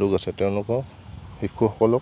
লোক আছে তেওঁলোকৰ শিশুসকলক